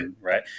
right